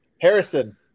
Harrison